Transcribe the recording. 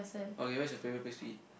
okay where is your favourite place to eat